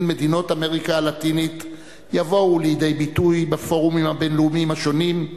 מדינות אמריקה הלטינית יבואו לידי ביטוי בפורומים הבין-לאומיים השונים,